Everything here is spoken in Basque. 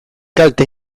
kalte